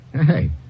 Hey